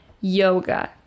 yoga